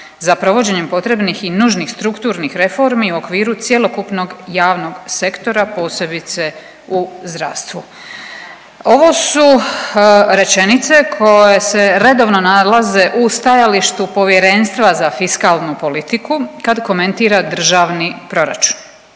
za provođenjem potrebnih i nužnih strukturnih reformi u okviru cjelokupnog javnog sektora posebice u zdravstvu. Ovo su rečenice koje se redovno nalaze u stajalištu Povjerenstva za fiskalnu politiku kad komentira državni proračun.